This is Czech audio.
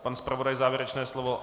Pan zpravodaj závěrečné slovo?